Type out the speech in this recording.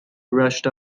rushed